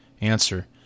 Answer